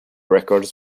records